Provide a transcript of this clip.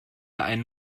einen